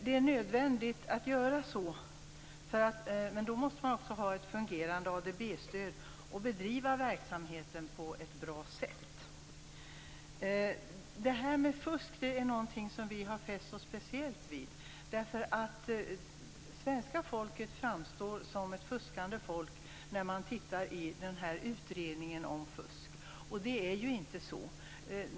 Det är nödvändigt att göra så, men då måste man också ha ett fungerande ADB-stöd och bedriva verksamheten på ett bra sätt. Det här med fusk är något som vi har fäst oss speciellt vid. Svenska folket framstår som ett fuskande folk när man tittar i den här utredningen om fusk. Det är ju inte så.